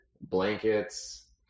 blankets